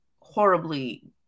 horribly